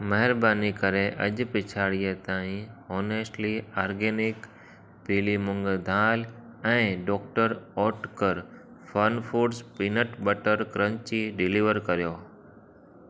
महरबानी करे अॼु पिछाड़ीअ ताईं होनेस्ट्ली आर्गेनिक पीली मूंङ दालि ऐं doctor Oetker fun foods peanut butter crunchy deliver करियो